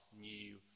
new